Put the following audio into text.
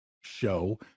show